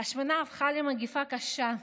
ההשמנה הפכה למגפה קשה,